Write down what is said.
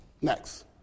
Next